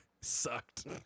Sucked